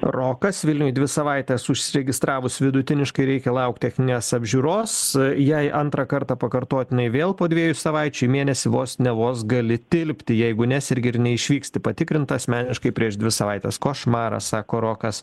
rokas vilniuj dvi savaites užsiregistravus vidutiniškai reikia laukt techninės apžiūros jei antrą kartą pakartotinai vėl po dviejų savaičių mėnesį vos ne vos gali tilpti jeigu nesergi ir neišvyksti patikrinta asmeniškai prieš dvi savaites košmaras sako rokas